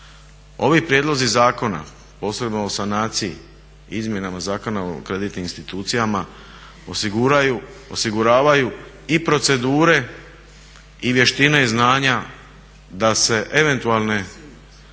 Ovi prijedlozi zakona posebno o sanaciji i izmjenama Zakona o kreditnim institucijama osiguravaju i procedure i vještine i znanja da se eventualne